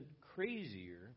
crazier